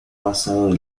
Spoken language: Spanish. basado